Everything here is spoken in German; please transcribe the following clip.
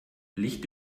licht